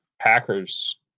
Packers